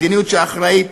מדיניות שאחראית